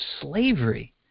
slavery